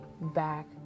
back